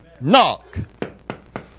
Knock